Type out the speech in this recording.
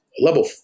level